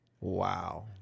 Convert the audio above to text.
Wow